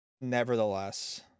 nevertheless